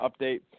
update